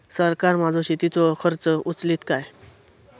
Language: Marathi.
सरकार माझो शेतीचो खर्च उचलीत काय?